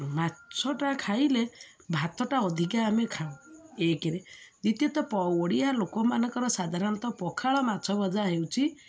ମାଛଟା ଖାଇଲେ ଭାତଟା ଅଧିକା ଆମେ ଖାଉ ଏକରେ ଦ୍ୱିତୀୟତଃ ଓଡ଼ିଆ ଲୋକମାନଙ୍କର ସାଧାରଣତଃ ପଖାଳ ମାଛ ଭଜା ହେଉଛି